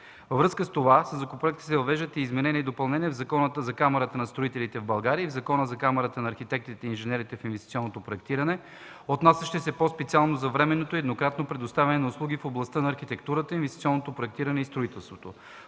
Във връзка с това със законопроекта се въвеждат и изменения и допълнения в Закона за Камарата на строителите в България и в Закона за камарите на архитектите и инженерите в инвестиционното проектиране, отнасящи се по-специално за временното и еднократното предоставяне на услуги в областта на архитектурата, инвестиционното проектиране и строителството.